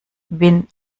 bin